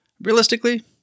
realistically